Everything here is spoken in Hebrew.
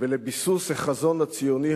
ולביסוס החזון הציוני,